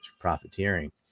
profiteering